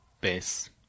base